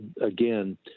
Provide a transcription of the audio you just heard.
again